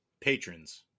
Patrons